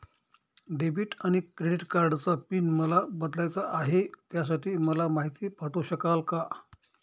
Debit आणि credit कार्डचा pin मला बदलायचा आहे, त्यासाठी मला माहिती पाठवू शकाल का?